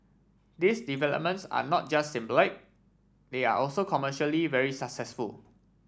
these developments are not just symbolic they are also commercially very successful